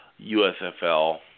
USFL